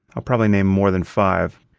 i'll probably name more than five.